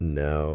no